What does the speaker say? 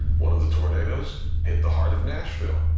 one of the tornadoes hit the heart of nashville.